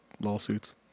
lawsuits